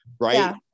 right